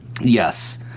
Yes